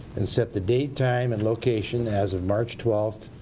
and set the date, time and location as of march twelfth,